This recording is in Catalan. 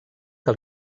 que